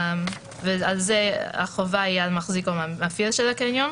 כאן החובה היא על מחזיק או מפעיל הקניון.